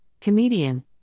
comedian